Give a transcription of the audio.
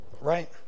right